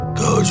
go